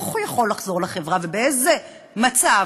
איך הוא יכול לחזור לחברה ובאיזה מצב.